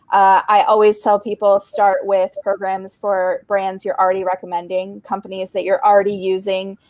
i always tell people, start with programs for brands you're already recommending, companies that you're already using,